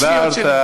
דיברת,